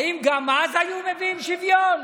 האם גם אז היו מביאים שוויון?